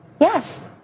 Yes